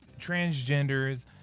transgenders